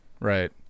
right